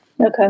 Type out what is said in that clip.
Okay